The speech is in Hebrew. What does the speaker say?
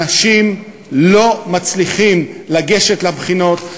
אנשים לא מצליחים לגשת לבחינות,